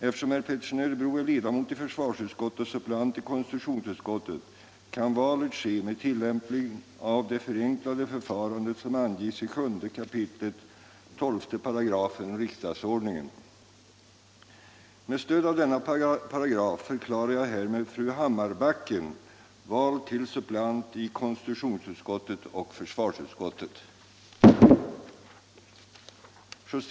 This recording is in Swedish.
Eftersom herr Pettersson i Örebro är ledamot i försvarsutskottet och suppleant i konstitutionsutskottet kan valet ske med tillämpning av det förenklade förfarande som anges i 7 kap. 1235 riksdagsordningen. Med stöd av denna paragraf förklarar jag härmed fru Hammarbacken vald till suppleant i konstitutionsutskottet och försvarsutskottet.